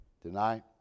tonight